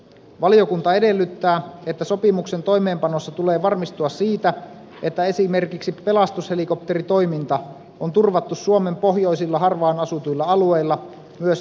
valiokunta edellyttää että sopimuksen toimeenpanossa tulee varmistua siitä että esimerkiksi pelastushelikopteritoiminta on turvattu suomen pohjoisilla harvaan asutuilla alueilla myös jatkossa